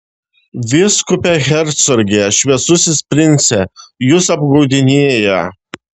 vyskupe hercoge šviesusis prince jus apgaudinėja